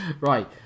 Right